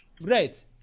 Right